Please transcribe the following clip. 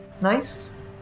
Nice